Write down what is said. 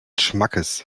schmackes